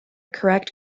correct